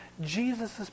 Jesus